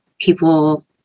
People